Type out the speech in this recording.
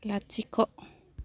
लाथिख'